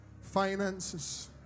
finances